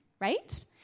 right